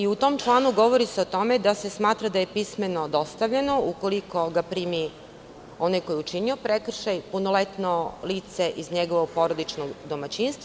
U tom članu se govori o tome da se smatra da je pismeno dostavljeno ukoliko ga primi onaj ko je učinio prekršaj, punoletno lice iz njegovog porodičnog domaćinstva.